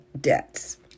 debts